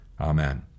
Amen